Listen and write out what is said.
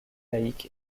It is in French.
laïcs